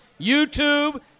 YouTube